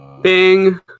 Bing